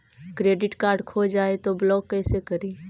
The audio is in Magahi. क्रेडिट कार्ड खो जाए तो ब्लॉक कैसे करी?